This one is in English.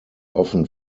often